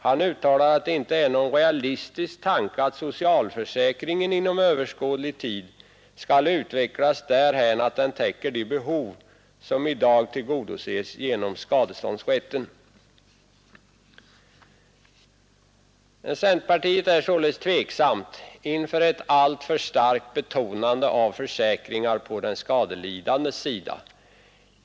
Han uttalar att det inte är ”någon realistisk tanke att socialförsäkringen inom överskådlig tid skall utvecklas därhän att den täcker de behov som i dag tillgodoses genom skadeståndsrätten”. Centerpartiet är således tveksamt inför ett alltför starkt betonande av försäkringar på den skadelidandes sida.